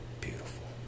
Beautiful